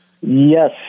Yes